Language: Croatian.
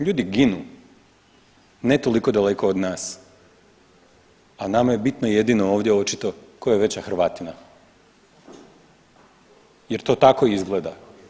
Ljudi ginu ne toliko daleko od nas, a nama je bitno jedino ovdje očito tko je veća Hrvatina jer to tako izgleda.